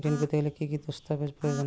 ঋণ পেতে গেলে কি কি দস্তাবেজ প্রয়োজন?